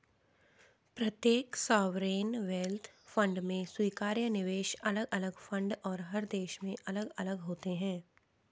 प्रत्येक sovereign wealth fund में स्वीकार्य निवेश अलग अलग फंड और हर देश में अलग अलग होते हैं